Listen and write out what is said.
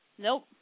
nope